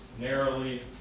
narrowly